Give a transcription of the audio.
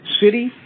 City